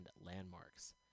landmarks